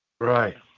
Right